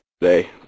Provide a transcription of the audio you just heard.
today